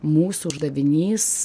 mūsų uždavinys